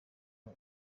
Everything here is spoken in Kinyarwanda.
aho